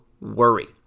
worry